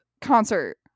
concert